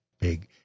big